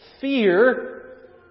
Fear